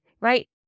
right